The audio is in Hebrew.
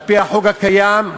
על-פי החוק הקיים,